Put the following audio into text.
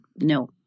no